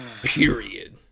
Period